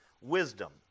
wisdom